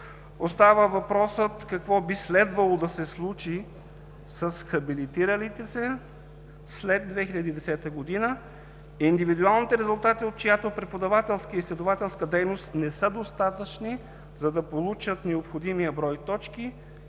Остава въпросът: какво би следвало да се случи с хабилитиралите се след 2010 г., индивидуалните резултати от чиято преподавателска и изследователска дейност не са достатъчни, за да получат необходимия брой точки,